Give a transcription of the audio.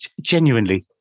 genuinely